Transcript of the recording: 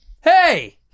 hey